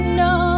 no